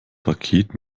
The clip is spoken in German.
paket